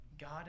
God